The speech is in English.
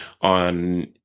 on